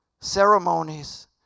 ceremonies